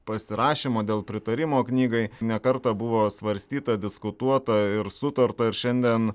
pasirašymo dėl pritarimo knygai ne kartą buvo svarstyta diskutuota ir sutarta ir šiandien